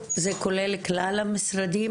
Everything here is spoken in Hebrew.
זה כולל כלל המשרדים,